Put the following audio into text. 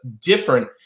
different